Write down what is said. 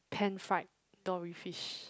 pan fried dory fish